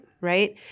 Right